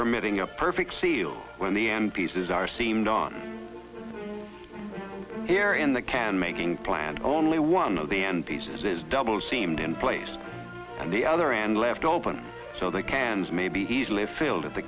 permitting a perfect seal when the end pieces are seemed on air in the can making plant only one of the end pieces is double seemed in place and the other end left open so they can maybe easily failed at the